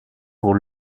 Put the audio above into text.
pour